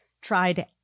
tried